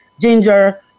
ginger